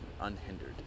unhindered